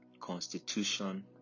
constitution